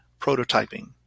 prototyping